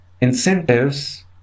incentives